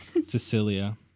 cecilia